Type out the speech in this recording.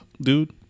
dude